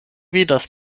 vidas